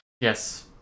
Yes